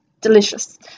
delicious